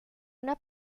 una